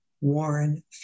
Warren